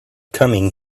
coming